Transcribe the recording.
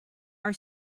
our